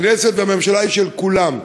הכנסת והממשלה הן של כולם.